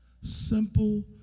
Simple